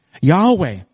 Yahweh